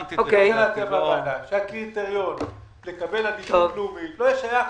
צריך שהקריטריון לקבל עדיפות לאומית לא יהיה שייך